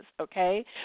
okay